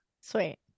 sweet